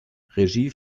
regie